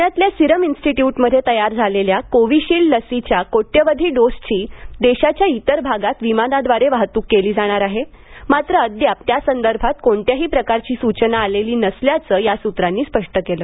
पुण्यातल्या सिरम इन्स्टिट्यूटमध्ये तयार झालेल्या कोविशील्ड लसीच्या कोट्यवधी डोसची देशाच्या इतर भागात विमानाद्वारे वाहतूक केली जाणार आहे मात्र अद्याप त्यासंदर्भात कोणत्याही प्रकारची सूचना आलेली नसल्याचं या सूत्रांनी स्पष्ट केलं